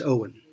Owen